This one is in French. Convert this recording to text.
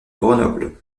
grenoble